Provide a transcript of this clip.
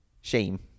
Shame